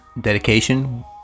dedication